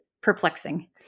perplexing